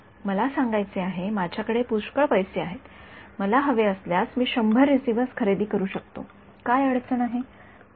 मला सांगायचे आहे माझ्याकडे पुष्कळ पैसे आहेत मला हवे असल्यास मी १00 रिसिव्हर्स खरेदी करू शकतो काय अडचण आहे